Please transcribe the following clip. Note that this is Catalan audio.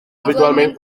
habitualment